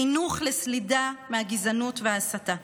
חינוך לסלידה מהגזענות וההסתה.